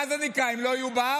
מה זה נקרא, הם לא יהיה בארץ?